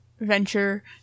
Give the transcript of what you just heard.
venture